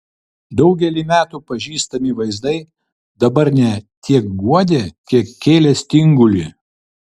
daugelį metų pažįstami vaizdai dabar ne tiek guodė kiek kėlė stingulį